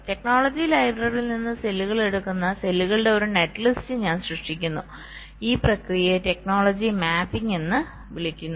technology ലൈബ്രറിയിൽ നിന്ന് സെല്ലുകൾ എടുക്കുന്ന സെല്ലുകളുടെ ഒരു നെറ്റ്ലിസ്റ്റ് ഞാൻ സൃഷ്ടിക്കുന്നു ഈ പ്രക്രിയയെ ടെക്നോളജി മാപ്പിംഗ് എന്ന് വിളിക്കുന്നു